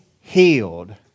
healed